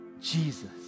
Jesus